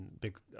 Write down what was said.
big